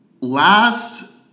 Last